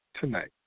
tonight